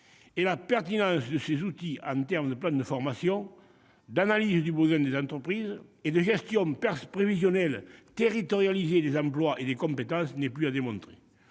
La pertinence de ces outils en termes de plan de formation, d'analyse des besoins des entreprises et de gestion prévisionnelle territorialisée des emplois et des compétences n'est plus à démontrer.